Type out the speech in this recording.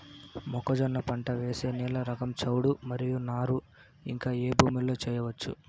మొక్కజొన్న పంట వేసే నేల రకం చౌడు మరియు నారు ఇంకా ఏ భూముల్లో చేయొచ్చు?